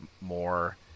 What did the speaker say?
more